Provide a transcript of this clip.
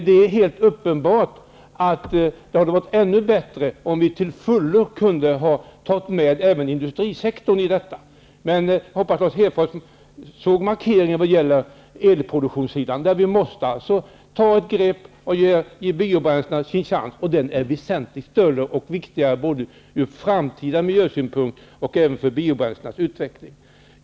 Det är uppenbart att det skulle ha gått ännu bättre om vi till fullo skulle ha kunnat ta med även industrisektorn. Jag hoppas att Lars Hedfors såg markeringen vad gäller elproduktionen. Vi måste ge biobränslena sin chans. Den är väsentligt större och viktigare utifrån framtida miljösynpunkter och biobränslenas utveckling.